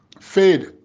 fade